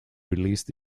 released